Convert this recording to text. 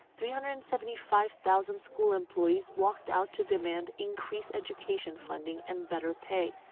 three hundred and seventy five thousand school employees walked out to demand increased education funding and better pay.